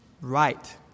right